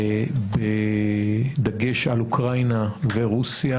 בדגש על אוקראינה ורוסיה,